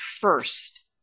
first